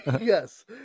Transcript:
Yes